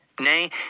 Nay